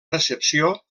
recepció